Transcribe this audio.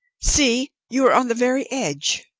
see, you are on the very edge.